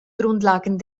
grundlagen